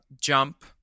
Jump